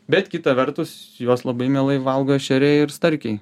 bet kita vertus juos labai mielai valgo ešeriai ir starkiai